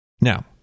Now